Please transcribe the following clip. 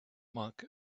monk